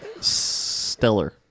stellar